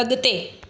अगि॒ते